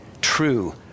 true